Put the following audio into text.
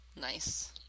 Nice